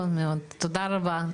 תודה רבה,